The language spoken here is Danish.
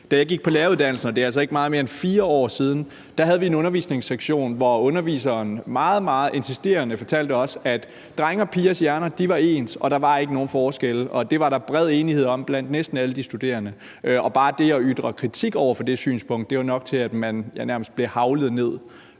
da jeg gik på læreruddannelsen, og det er altså ikke meget mere end 4 år siden, havde vi en undervisningslektion, hvor underviseren meget, meget insisterende fortalte os, at drenges og pigers hjerner var ens, og der ikke var nogen forskelle, og det var der bred enighed om blandt næsten alle de studerende. Og bare det at ytre kritik over for det synspunkt var nok